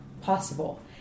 possible